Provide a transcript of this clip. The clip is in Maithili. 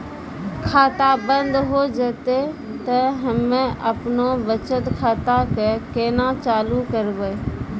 खाता बंद हो जैतै तऽ हम्मे आपनौ बचत खाता कऽ केना चालू करवै?